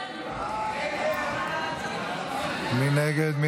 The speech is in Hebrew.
מי נגד?